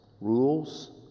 rules